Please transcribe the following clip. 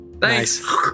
thanks